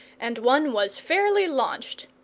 and one was fairly launched.